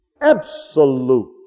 absolute